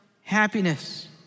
happiness